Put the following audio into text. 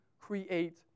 Create